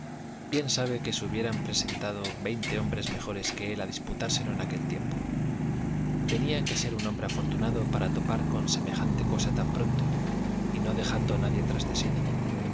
bien sabe que se hubieran presentado veinte hombres mejores que él a disputárselo en aquel tiempo tenía que ser un hombre afortunado para topar con semejante cosa tan pronto y no dejando nadie tras de sí